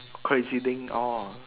crazy thing orh